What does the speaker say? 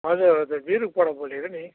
हजुर हजुर बिरुकबड बोलेको नि